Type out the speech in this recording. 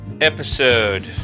episode